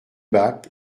bac